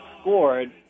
scored